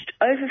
over